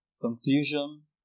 conclusion